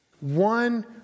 one